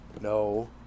No